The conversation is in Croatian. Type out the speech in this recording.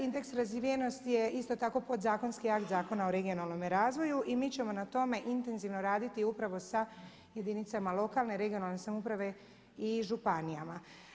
Indeks razvijenosti je isto tako podzakonski akt Zakona o regionalnome razvoju i mi ćemo na tome intenzivno raditi upravo sa jedinicama lokalne i regionalne samouprave i županijama.